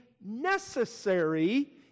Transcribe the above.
necessary